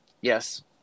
Yes